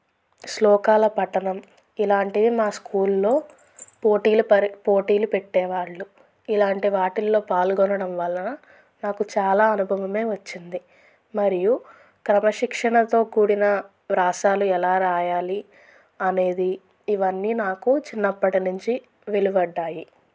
శ్లోకాల పఠనం ఇలాంటివి మా స్కూల్లో పోటీలు పరి పోటీలు పెట్టేవాళ్ళు ఇలాంటి వాటిల్లో పాల్గొనడం వలన నాకు చాలా అనుభవమే వచ్చింది మరియు క్రమశిక్షణతో కూడిన వ్యాసాలు ఎలా రాయాలి అనేది ఇవన్నీ నాకు చిన్నప్పటినుంచి వెలువడ్డాయి